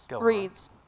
reads